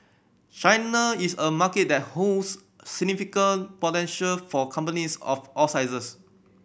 China is a market that holds significant potential for companies of all sizes